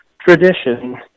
tradition